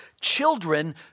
children